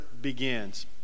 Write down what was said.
begins